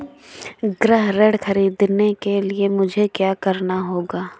गृह ऋण ख़रीदने के लिए मुझे क्या करना होगा?